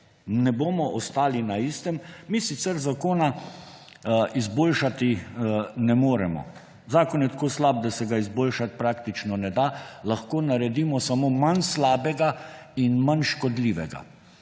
Ne bomo ostali na istem. Mi sicer zakona izboljšati ne moremo, zakon je tako slab, da se ga izboljšati praktično ne da, lahko naredimo samo manj slabega in manj škodljivega.